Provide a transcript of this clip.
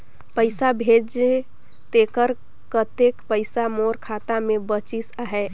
पइसा भेजे तेकर कतेक पइसा मोर खाता मे बाचिस आहाय?